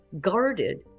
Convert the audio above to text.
guarded